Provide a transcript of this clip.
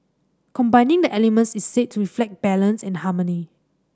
combining the elements is said to reflect balance and harmony